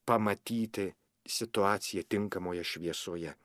pamatyti situaciją tinkamoje šviesoje